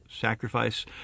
sacrifice